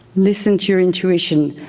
listen to your intuition,